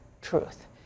truth